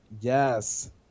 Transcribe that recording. Yes